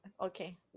Okay